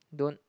don't